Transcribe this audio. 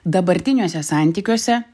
dabartiniuose santykiuose